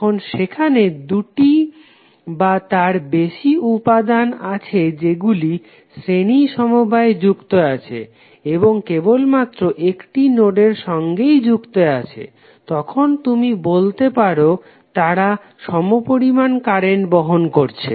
এখন সেখানে দুটি বা তার বেশি উপাদান আছে যেগুলি শ্রেণী সমবায়ে যুক্ত আছে এবং কেবলমাত্র একটি নোডের সঙ্গেই যুক্ত আছে তখন তুমি বলতে পারো তারা সমপরিমান কারেন্ট বহন করছে